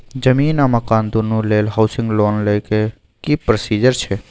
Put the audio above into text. जमीन आ मकान दुनू लेल हॉउसिंग लोन लै के की प्रोसीजर छै?